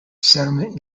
settlement